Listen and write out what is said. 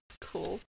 Cool